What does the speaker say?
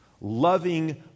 loving